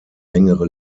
längere